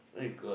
my god